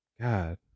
god